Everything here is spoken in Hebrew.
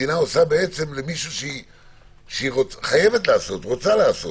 שהמדינה עושה למי שהיא רוצה לעשות.